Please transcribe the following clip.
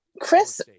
Chris